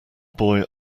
boy